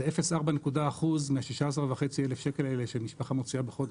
זה 0.4 אחוז מה-16.5 אלף שקל האלה שמשפחה מוציאה בחודש,